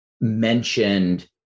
mentioned